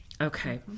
okay